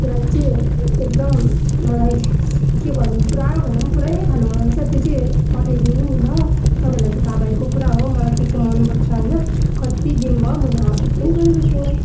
त्योलागि चाहिँ एकदम मलाई के भन्नु पुरा भन्दा पनि पुरै खानु मन लागेछ त्यो चाहिँ पठाइदिनु नि ल तपाईँलाई चाहिँ थाह भएको कुरा हो मलाई के के मन पर्छ होइन कति दिन भयो मैले अर्डर पनि गरेको छैन